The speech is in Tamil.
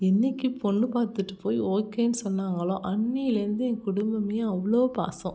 என்றைக்கு பொண்ணு பார்த்துட்டு போய் ஓகேன்னு சொன்னாங்களோ அன்றையிலேருந்து என் குடும்பமே அவ்வளோ பாசம்